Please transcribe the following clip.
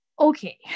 okay